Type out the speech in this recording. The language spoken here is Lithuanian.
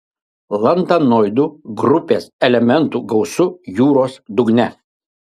lantanoidų grupės elementų gausu jūros dugne